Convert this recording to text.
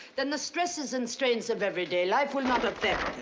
then the stresses and strains of everyday life will not affect